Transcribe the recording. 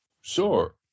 sure